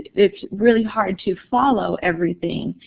it's really hard to follow everything.